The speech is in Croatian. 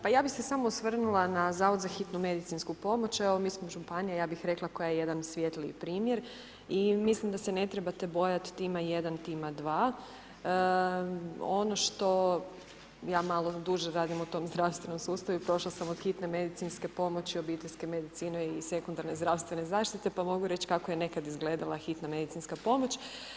Pa ja bi se smo osvrnula na zavod za hitnu medicinsku pomoć, evo mi smo županija, ja bi rekla koja je jedan svjetliji primjer i mislim da se ne trebate bojati, tima 1, tima 2. Ja malo duže radim u tom zdravstvenom sustavu i prošla sam od hitne medicinske pomoći, obiteljske medicine i sekundarne zdravstvene zaštite pa mogu reći kako je nekad izgledala hitna medicinska pomoć.